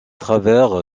travers